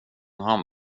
han